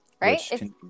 Right